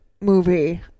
movie